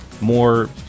more